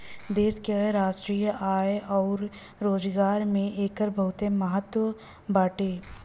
देश के राष्ट्रीय आय अउर रोजगार में एकर बहुते महत्व बाटे